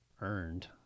earned